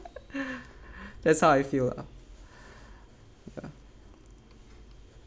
that's how I feel ah ya